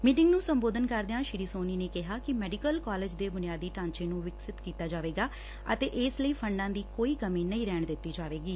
meeting ਨੂੰ ਸੰਬੋਧਨ ਕਰਦਿਆਂ ਸ੍ਰੀ ਸੋਨੀ ਨੇ ਕਿਹਾ ਕਿ ਮੈਡੀਕਲ ਕਾਲਜ ਦੇ ਬੁਨਿਆਦੀ ਢਾਂਚੇ ਨੂੰ ਵਿਕਸਤ ਕੀਤਾ ਜਾਵੇਗਾ ਅਤੇ ਇਸ ਲਈ ਫੰਡਾਂ ਦੀ ਕੋਈ ਕਮੀ ਨਹੀ ਰਹਿਣ ਦਿੱਤੀ ਜਾਵੇਗੀ